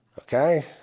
Okay